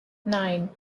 nine